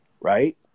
right